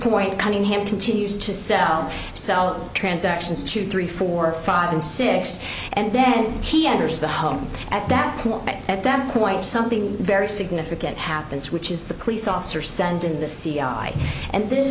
point cunningham continues to sell cell transactions two three four five and six and then he enters the home at that point but at that point something very significant happens which is the police officer send in the c i and this